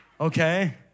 Okay